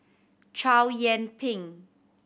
Chow Yian Ping